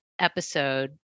episode